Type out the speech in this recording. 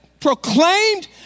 proclaimed